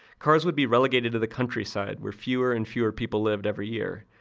cars would be relegated to the countryside, where fewer and fewer people lived every year.